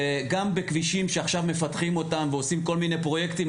וגם בכבישים שעכשיו מפתחים אותם ועושים כל מיני פרויקטים,